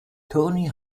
tony